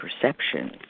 perceptions